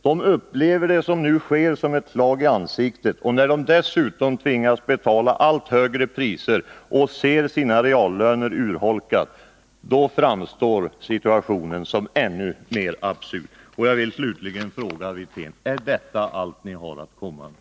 De upplever det som nu sker som ett slag i ansiktet, och när de dessutom tvingas betala allt högre priser och ser sina reallöner urholkas framstår situationen som ännu mer absurd. Jag vill slutligen fråga Rolf Wirtén: Är detta allt ni har att komma med?